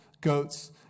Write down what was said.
goats